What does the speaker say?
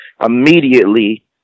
immediately